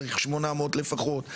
צריך 800 לפחות.